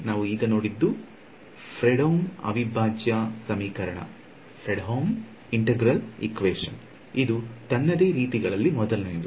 ನಾವು ಈಗ ನೋಡಿದ್ದು ಫ್ರೆಡ್ಹೋಮ್ ಅವಿಭಾಜ್ಯ ಸಮೀಕರಣ ಇದು ತನ್ನದೇ ರೀತಿಗಳಲ್ಲಿ ಮೊದಲನೆಯದು